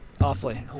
awfully